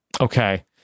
okay